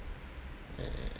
uh